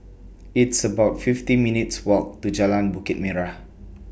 It's about fifty minutes' Walk to Jalan Bukit Merah